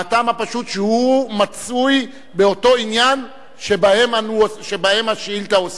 מהטעם הפשוט שהוא מצוי באותו עניין שבו השאילתא עוסקת,